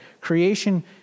creation